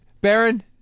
Baron